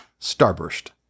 Starburst